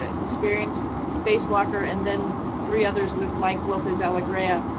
ah experienced spacewalker and then three others with michael lopez-alegria.